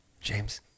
James